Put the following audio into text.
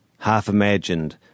half-imagined